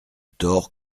torts